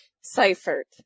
Seifert